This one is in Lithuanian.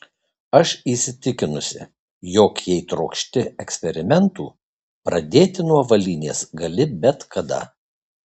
aš įsitikinusi jog jei trokšti eksperimentų pradėti nuo avalynės gali bet kada